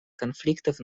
конфликтов